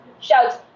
shouts